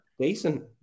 Decent